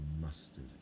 mustard